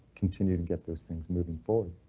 continue to get those things moving forward.